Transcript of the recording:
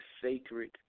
sacred